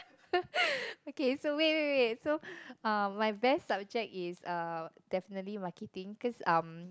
okay so wait wait wait so uh my best subject is definitely marketing cause um